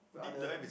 other